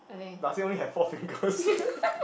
does he only have Four Fingers